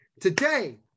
Today